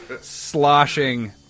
sloshing